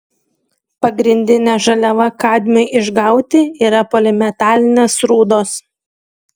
pagrindinė žaliava kadmiui išgauti yra polimetalinės rūdos